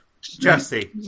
Jesse